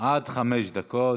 עד חמש דקות.